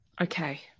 Okay